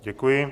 Děkuji.